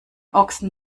ochsen